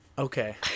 Okay